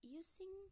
using